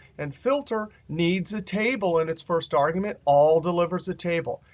and filter needs a table in its first argument, all delivers a table.